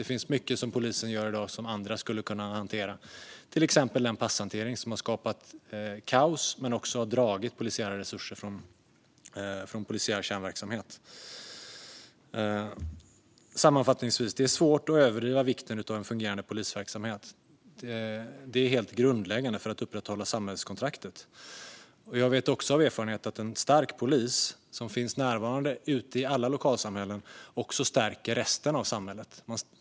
Det finns mycket som polisen gör i dag som andra skulle kunna hantera, till exempel den passhantering som har skapat kaos men också dragit polisiära resurser från polisiär kärnverksamhet. Sammanfattningsvis är det svårt att överdriva vikten av en fungerande polisverksamhet. Det är helt grundläggande för att upprätthålla samhällskontraktet. Jag vet också av erfarenhet att en stark polis som är närvarande ute i alla lokalsamhällen också stärker resten av samhället.